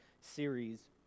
series